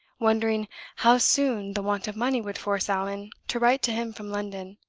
wondering how soon the want of money would force allan to write to him from london.